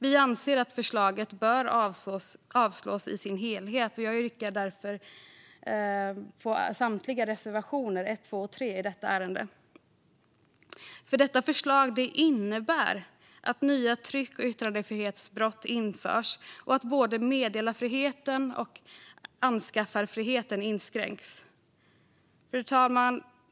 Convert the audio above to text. Vi anser att förslaget bör avslås i sin helhet. Jag yrkar därför bifall till samtliga reservationer - 1, 2 och 3 - i detta ärende. Regeringens förslag innebär att nya tryck och yttrandefrihetsbrott införs och att både meddelarfriheten och anskaffarfriheten inskränks. Fru talman!